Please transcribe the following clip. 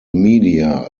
media